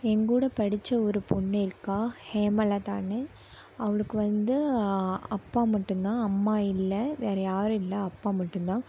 என் கூட படித்த ஒரு பொண்ணு இருக்காள் ஹேமலதானு அவளுக்கு வந்து அப்பா மட்டும்தான் அம்மா இல்லை வேறு யாரும் இல்லை அப்பா மட்டும்தான்